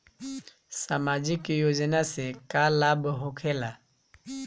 समाजिक योजना से का लाभ होखेला?